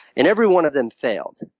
and every one of them failed.